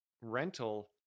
rental